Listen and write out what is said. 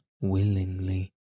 willingly